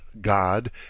god